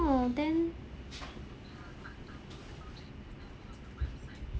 then